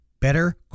better